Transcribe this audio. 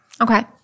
Okay